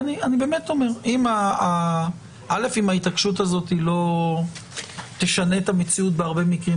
אני באמת אומר שאם ההתעקשות הזאת לא תשנה את המציאות בהרבה מקרים,